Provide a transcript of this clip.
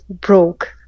broke